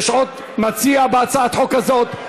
יש עוד מציע בהצעת החוק הזאת.